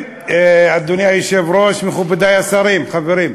אדוני היושב-ראש, מכובדי השרים, חברים,